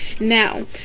Now